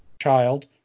child